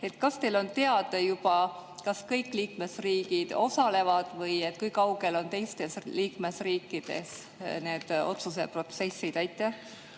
Kas teil on juba teada, kas kõik liikmesriigid osalevad, või kui kaugel on teistes liikmesriikides need otsuseprotsessid? Aitäh,